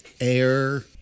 air